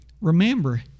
Remember